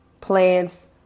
plans